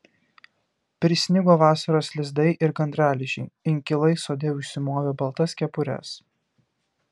prisnigo vasaros lizdai ir gandralizdžiai inkilai sode užsimovė baltas kepures